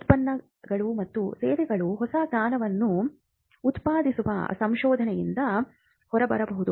ಉತ್ಪನ್ನಗಳು ಮತ್ತು ಸೇವೆಗಳು ಹೊಸ ಜ್ಞಾನವನ್ನು ಉತ್ಪಾದಿಸುವ ಸಂಶೋಧನೆಯಿಂದ ಹೊರಬರಬಹುದು